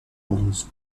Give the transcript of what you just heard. bronze